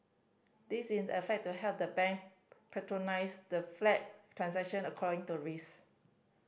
this in the effect to helped the bank the flagged transaction according to risk